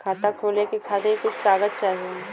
खाता खोले के खातिर कुछ कागज चाही?